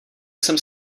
jsem